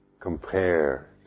compare